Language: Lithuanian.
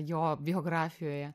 jo biografijoje